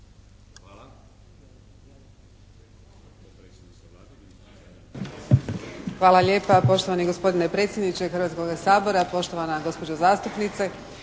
Hvala.